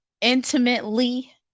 intimately